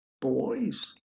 boys